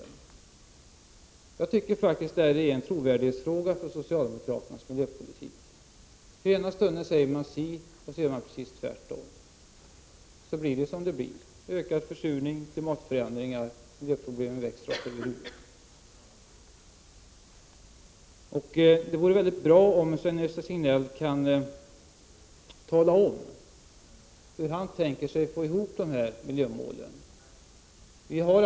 Jag tycker faktiskt att det är en fråga om trovärdigheten i socialdemokraternas miljöpolitik. Ena stunden säger man en sak, nästa stund gör man precis tvärtom. Så blir det också som det blir: försurningen ökar, klimatet förändras och miljöproblemen växer oss över huvudet. Det vore bra om Sven-Gösta Signell kunde tala om hur han tänker sig att få de här miljömålen att gå ihop.